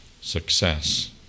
success